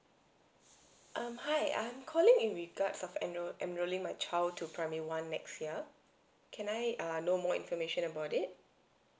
um hi I'm calling in regards of enroll enrolling my child to primary one next year can I err know more information about it